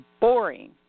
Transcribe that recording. boring